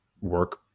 work